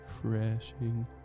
crashing